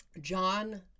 John